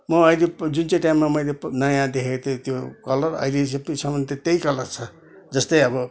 म अहिले जुन चाहिँ टाइममा मैले नयाँ देखेको थिएँ त्यो कलर अहिले यतिसम्म त्यही कलर छ जस्तै अब